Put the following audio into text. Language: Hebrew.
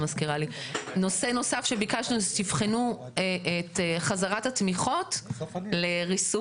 נושא נוסף שביקשנו זה שתבחנו את חזרת התמיכות לריסוק